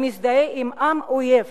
המזדהה עם אויב